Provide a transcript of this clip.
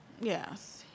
Yes